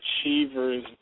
Achievers